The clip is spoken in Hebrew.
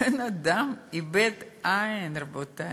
בן-אדם איבד עין, רבותי,